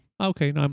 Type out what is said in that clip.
okay